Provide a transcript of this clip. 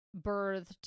birthed